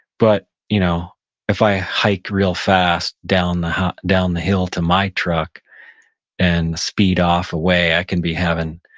but you know if i hike real fast down the down the hill to my truck and speed off away, i can be having,